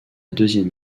deuxième